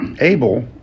Abel